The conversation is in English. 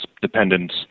dependence